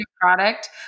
product